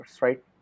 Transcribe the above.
right